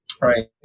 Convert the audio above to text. Right